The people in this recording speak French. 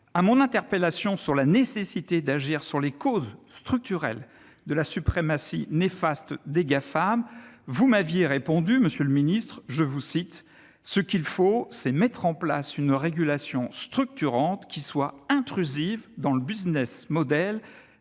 à mon interpellation sur la nécessité d'agir sur les causes structurelles de la suprématie néfaste des Gafam, vous m'aviez répondu, monsieur le secrétaire d'État :« Ce qu'il faut, c'est mettre en place une régulation structurante, qui soit intrusive dans le de ces